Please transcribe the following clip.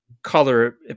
Color